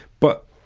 but